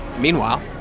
Meanwhile